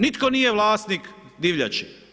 Nitko nije vlasnik divljači.